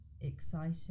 exciting